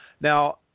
Now